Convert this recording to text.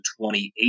2018